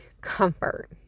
comfort